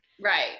Right